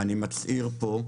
אני מצהיר פה,